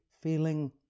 feeling